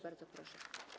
Bardzo proszę.